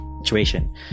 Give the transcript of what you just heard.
situation